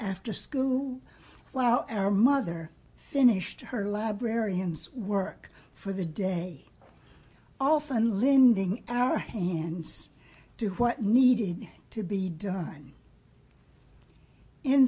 after school while our mother finished her librarians work for the day often lending our hands to what needed to be done in